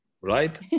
right